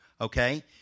okay